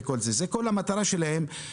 כל המטרה שלהם,